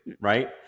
Right